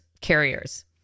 carriers